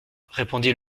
répondit